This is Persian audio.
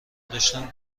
داشتم